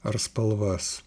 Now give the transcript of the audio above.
ar spalvas